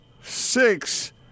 Six—